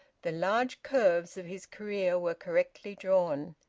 the large curves of his career were correctly drawn.